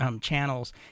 channels